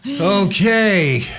Okay